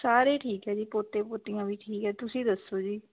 ਸਾਰੇ ਹੀ ਠੀਕ ਹੈ ਜੀ ਪੋਤੇ ਪੋਤੀਆਂ ਵੀ ਠੀਕ ਹੈ ਤੁਸੀਂ ਦੱਸੋ ਜੀ